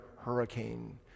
hurricane